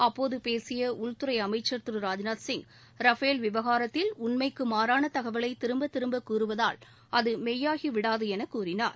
அப்போது பேசிய உள்துறை அமைச்சர் திரு ராஜ்நாத்சிய் ரஃபேல் விவகாரத்தில் உண்மைக்கு மாறான தகவலை திரும்பத் திரும்பக் கூறுவதால் அது மெய்யாகிவிடாது என கூறினார்